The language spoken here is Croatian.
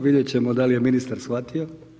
Vidjeti ćemo da li je ministar shvatio.